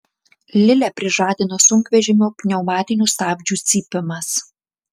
lilę prižadino sunkvežimio pneumatinių stabdžių cypimas